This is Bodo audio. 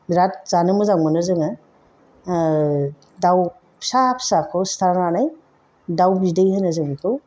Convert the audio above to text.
बिराद जानो मोजां मोनो जोङो दाउ फिसा फिसाखौ सिथारनानै दाउ बिदै होनो जों बेखौ